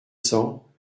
cents